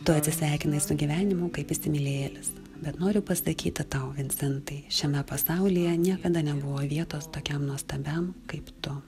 tu atsisveikinai su gyvenimu kaip įsimylėjėlis bet noriu pasakyti tau vincentai šiame pasaulyje niekada nebuvo vietos tokiam nuostabiam kaip tu